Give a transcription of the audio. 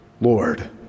Lord